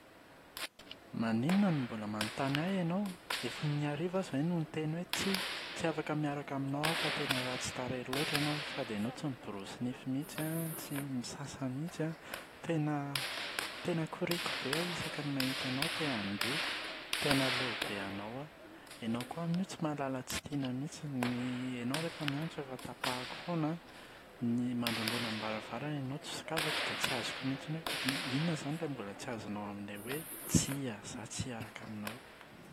Maninona no mbola manontany ahy ianao? Efa in’arivo aho izay no niteny hoe tsia! Tsy afaka miaraka aminao aho fa tena ratsy tarehy loatra ianao, sady ianao tsy miborosy nify mihitsy an, tsy misasa mihitsy an, tena tena koriko be aho isaky ny mahita anao. Te handoha. Tena leo be anao aho. Ianao koa amin’io tsy mahalala tsy tiana mihitsiny, ny ianao rehefa miantso efa tapahako foana an. Ny mandondona am-baravarana ianao tsy sokafako, dia tsy azoko mihitsiny hoe. I-inona izany no mbola tsy azonao amin’ilay hoe tsia, izaho tsy hiaraka aminao!